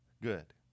good